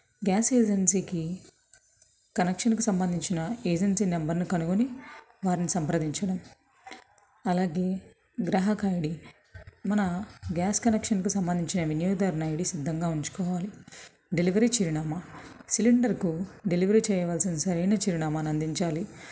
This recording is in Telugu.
గ్యాస్ ఏజెన్సీకి కనెక్షన్కి సంబంధించిన ఏజెన్సీ నెంబర్ని కనుగొని వారిని సంప్రదించాలి అలాగే గ్రాహక ఐడి మన గ్యాస్ కనెక్షన్కు సంబంధించిన వినియోదరణ ఐడి సిద్ధంగా ఉంచుకోవాలి డెలివరీ చిరునామా సిలిండర్కు డెలివరీ చేయవలసిన సరైన చిరునామాను అందించాలి